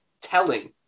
telling